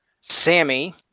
Sammy